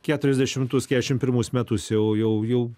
keturiasdešimtus keturiasdešimt pirmus metus jau jau jau